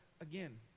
again